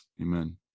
Amen